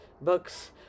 books